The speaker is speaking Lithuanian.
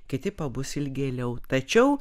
kiti pabus ilgėliau tačiau